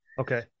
Okay